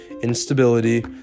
instability